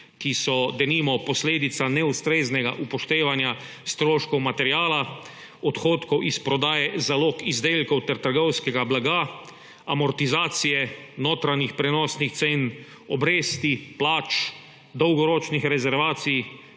ki so denimo posledica neustreznega upoštevanja stroškov materiala, odhodkov iz prodaje zalog izdelkov ter trgovskega blaga, amortizacije, notranjih prenosnih cen, obresti, plač, dolgoročnih rezervacij